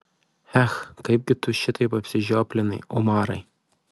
ech kaipgi tu šitaip apsižioplinai umarai